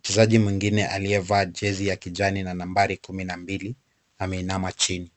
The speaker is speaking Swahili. Mchezaji mwingine aliyevaa jezi ya kijani na nambari 42 ameinama chini.